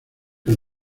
que